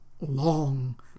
long